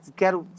quero